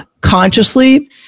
consciously